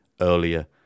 earlier